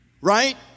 right